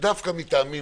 ודווקא מטעמים